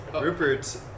Rupert